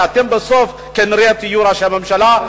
כי בסוף אתם כנראה תהיו ראשי ממשלה.